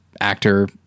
actor